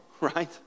right